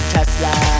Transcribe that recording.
Tesla